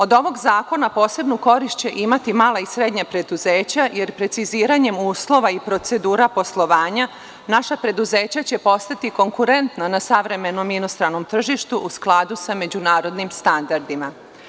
Od ovog zakona posebnu korist će imati mala i srednja preduzeća, jer preciziranjem uslova i procedura poslovanja naša preduzeća će postati konkurentna na savremenom i inostranom tržištu u skladu sa međunarodnim standardima.